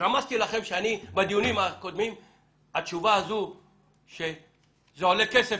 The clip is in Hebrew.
ורמזתי לכם בדיונים הקודמים שהתשובה הזו שזה עולה כסף,